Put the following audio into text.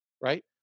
right